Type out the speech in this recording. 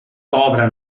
pobra